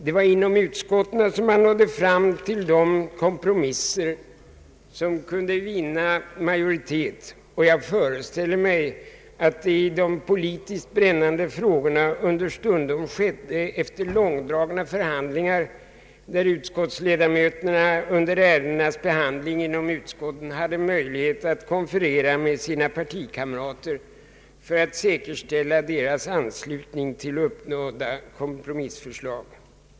Det var inom utskotten som man nådde fram till de kompromisser som kunde vinna majoritet, och jag föreställer mig att det i de politiskt brännande frågorna understundom skedde efter långdragna förhandlingar, där utskottsledamöterna under ärendenas behandling inom utskotten hade möjlighet att konferera med sina partikamrater för att säkerställa dessas anslutning till uppnådda kompromisser.